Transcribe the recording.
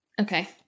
Okay